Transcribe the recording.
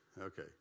okay